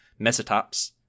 Mesotops